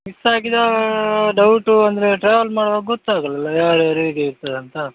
miss ಆಗಿದಾ doubt ಅಂದರೆ travel ಮಾಡುವಾಗ ಗೊತ್ತಾಗಲ್ಲಲ್ಲ ಯಾರ್ಯಾರು ಹೇಗೆ ಇರ್ತಾರಂತ